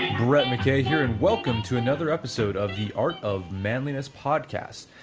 brett mckay here and welcome to another episode of the art of manliness podcast.